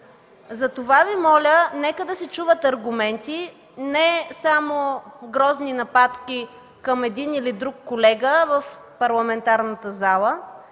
Затова Ви моля, нека да се чуват аргументи – не само грозни нападки към един или друг колега в парламентарната зала,